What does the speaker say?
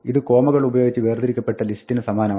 ഇത് കോമകളുപയേഗിച്ച് വേർതിരിക്കപ്പെട്ട ലിസ്റ്റിന് സമാനമാണ്